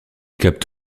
capte